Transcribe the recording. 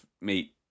meat